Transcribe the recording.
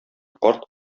карт